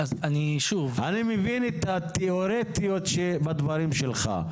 אני מבין את התיאורטיות בדברים שלך,